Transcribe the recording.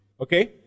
Okay